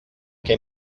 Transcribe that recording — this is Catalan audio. que